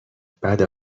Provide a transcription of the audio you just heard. بده